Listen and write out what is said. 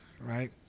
Right